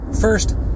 First